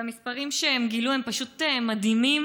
והמספרים שהם גילו הם פשוט מדהימים: